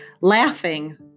Laughing